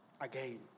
again